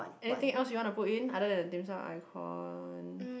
anything else you want to put in other than the dimsum icon